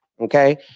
okay